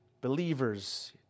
believers